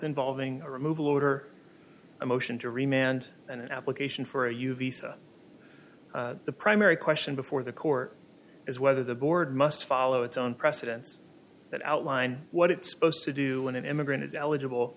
involving a removal order a motion to remain and an application for a u v so the primary question before the court is whether the board must follow its own precedents that outline what it's supposed to do when an immigrant is eligible